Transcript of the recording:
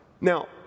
Now